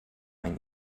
ein